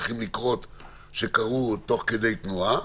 צריכים לקרות אבל קרו תוך כדי תנועה,